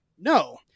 No